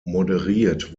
moderiert